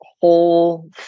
whole